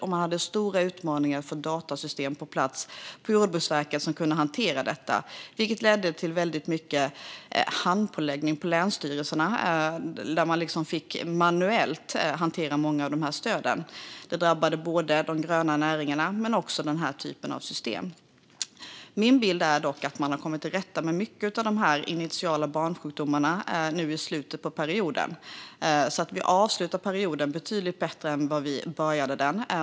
Man hade stora utmaningar på Jordbruksverket med att få datasystem på plats som kunde hantera detta, vilket ledde till väldigt mycket handpåläggning på länsstyrelserna, där man manuellt fick hantera många av dessa stöd. Detta drabbade både de gröna näringarna och den här typen av system. Min bild är dock att man har kommit till rätta med mycket av dessa initiala barnsjukdomar nu i slutet av perioden. Vi avslutar därmed perioden betydligt bättre än vi började den.